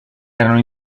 erano